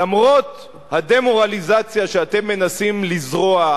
למרות הדמורליזציה שאתם מנסים לזרוע,